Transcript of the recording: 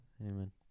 amen